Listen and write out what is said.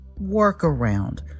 workaround